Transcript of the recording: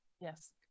Yes